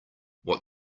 what